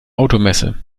automesse